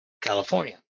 California